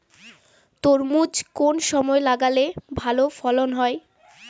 তরমুজ কোন সময় লাগালে ভালো ফলন হয়?